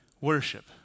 Worship